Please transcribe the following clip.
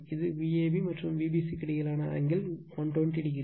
இது Vab மற்றும் Vbc க்கு இடையிலான ஆங்கிள் 120o